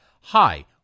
Hi